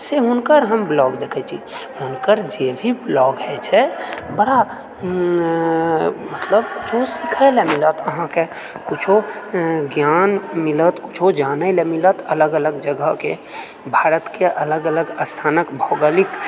से हुनकर हम ब्लॉग देखैत छी हुनकर जे भी ब्लॉग होइत छै बड़ा मतलब किछु सिखए लऽ मिलत अहाँकेँ किछु ज्ञान मिलत किछु जानै लऽ अलग अलग जगहके भारतके अलग अलग स्थानक भौगोलिक